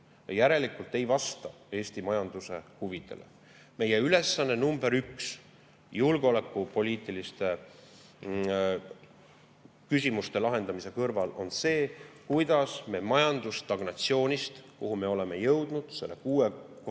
Järelikult see ei vasta Eesti majanduse huvidele. Meie ülesanne nr 1 julgeolekupoliitiliste küsimuste lahendamise kõrval on see, kuidas me majandusstagnatsioonist, kuhu me oleme jõudnud viimase kuue kvartali